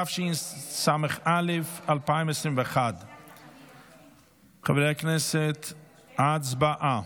התשס"א 2021. חברי הכנסת, הצבעה.